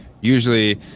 usually